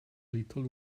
little